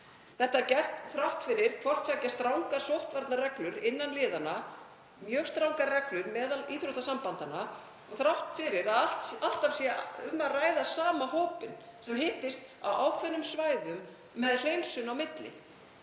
Þetta var gert þrátt fyrir hvort tveggja strangar sóttvarnareglur innan liðanna, mjög strangar reglur meðal íþróttasambandanna og þrátt fyrir að alltaf sé um að ræða sama hópinn sem hittist á ákveðnum svæðum með hreinsun á milli.